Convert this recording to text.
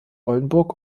oldenburg